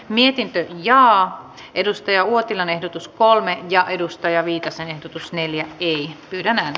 mietintö ja edustaja uotilan ehdotus kolme ja edustaja viitasen ehdotus neljä ei tiedä